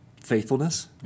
faithfulness